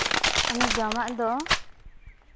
ᱚᱱᱟ ᱡᱚᱢᱟᱜ ᱫᱚ